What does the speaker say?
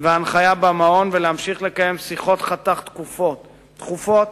וההנחיה במעון ולהמשיך לקיים שיחות חתך תכופות